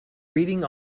reading